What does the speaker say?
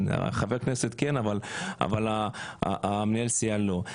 לחבר כנסת כן, אבל מנהל הסיעה לא.